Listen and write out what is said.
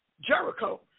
Jericho